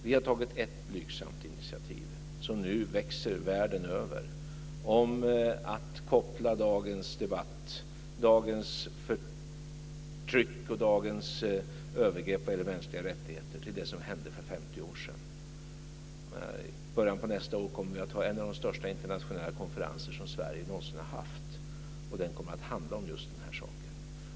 Vi har tagit ett blygsamt initiativ, som nu växer världen över, till att koppla dagens debatt, dagens förtryck och dagens övergrepp mot mänskliga rättigheter till det som hände för 50 år sedan. I början av nästa år kommer vi att hålla en av de största internationella konferenser som Sverige någonsin har haft, och den kommer att handla om just den här saken.